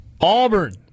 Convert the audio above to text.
Auburn